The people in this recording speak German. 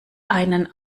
einen